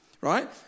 Right